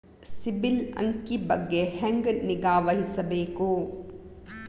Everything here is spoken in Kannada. ಸಿಬಿಲ್ ಅಂಕಿ ಬಗ್ಗೆ ಹೆಂಗ್ ನಿಗಾವಹಿಸಬೇಕು?